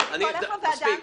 שהולך לוועדה המקומית.